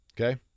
Okay